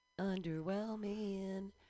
Underwhelming